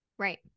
Right